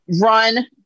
run